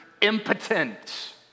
impotent